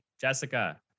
jessica